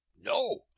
no